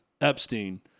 Epstein